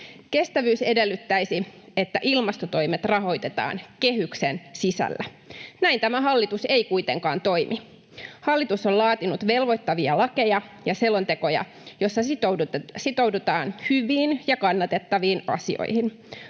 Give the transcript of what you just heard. Kestävyys edellyttäisi, että ilmastotoimet rahoitetaan kehyksen sisällä. Näin tämä hallitus ei kuitenkaan toimi. Hallitus on laatinut velvoittavia lakeja ja selontekoja, joissa sitoudutaan hyviin ja kannatettaviin asioihin.